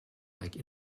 like